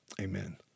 amen